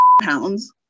pounds